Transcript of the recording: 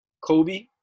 Kobe